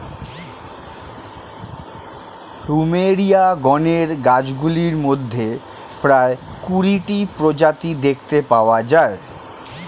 plumeria গণের গাছগুলির মধ্যে প্রায় কুড়িটি প্রজাতি দেখতে পাওয়া যায়